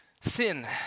Sin